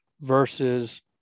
versus